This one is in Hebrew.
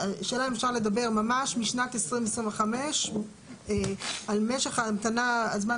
השאלה אם אפשר לדבר משנת 2025 על משך זמן